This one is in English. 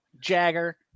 Jagger